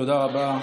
תודה רבה.